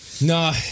No